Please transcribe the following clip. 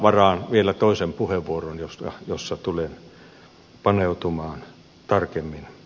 varaan vielä toisen puheenvuoron jossa tulen paneutumaan tarkemmin